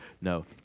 no